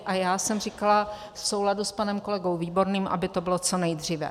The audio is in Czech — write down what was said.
A já jsem říkala v souladu s panem kolegou Výborným, aby to bylo co nejdříve.